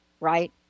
right